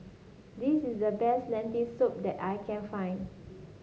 this is the best Lentil Soup that I can find